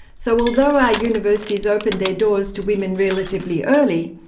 so, although our universities opened their doors to women relatively early,